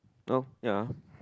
oh ya